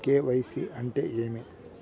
KYC అంటే ఏమి?